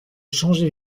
changer